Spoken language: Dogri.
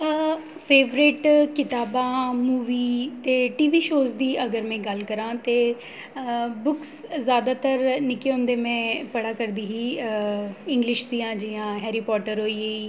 फेवरेट कताबां मूवी ते टी वी शोऽ दी अगर में गल्ल करां ते बुक्स जैदातर निक्के होंदे में पढ़ै करदी ही इंग्लिश दियां जि'यां हैरी पोटर होई गेई